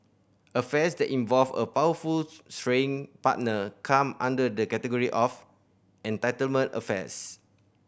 affairs that involve a powerful straying partner come under the category of entitlement affairs